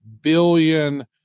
billion